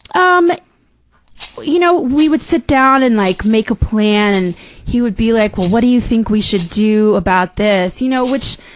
um you know we would sit down and, like, make a plan and he would be like, well, what do you think we should do about this? you know which.